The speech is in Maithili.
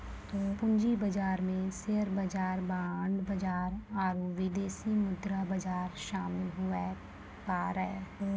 पूंजी बाजार मे शेयर बाजार बांड बाजार आरू विदेशी मुद्रा बाजार शामिल हुवै पारै